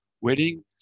wedding